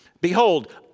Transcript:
Behold